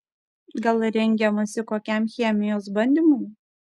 gal rengiamasi kokiam chemijos bandymui